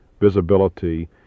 visibility